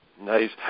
Nice